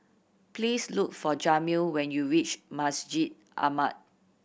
please look for Jamil when you reach Masjid Ahmad